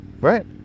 Right